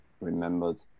remembered